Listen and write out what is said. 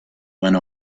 went